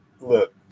Look